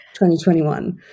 2021